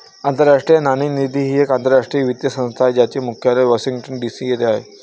आंतरराष्ट्रीय नाणेनिधी ही एक आंतरराष्ट्रीय वित्तीय संस्था आहे ज्याचे मुख्यालय वॉशिंग्टन डी.सी येथे आहे